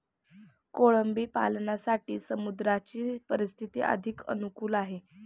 कोळंबी पालनासाठी समुद्राची परिस्थिती अधिक अनुकूल आहे